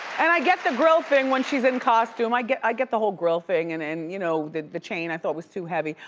and i get the grill thing when she's in costume, i get i get the whole grill thing, and and you know the the chain i thought was too heavy.